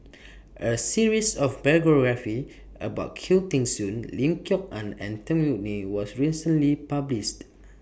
A series of biographies about Khoo Teng Soon Lim Kok Ann and Tan Yeok Nee was recently published